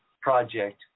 project